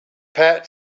pat